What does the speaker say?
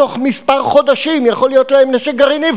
תוך מספר חודשים יכול להיות להם נשק גרעיני",